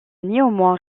néanmoins